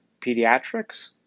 pediatrics